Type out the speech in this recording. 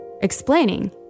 explaining